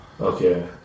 Okay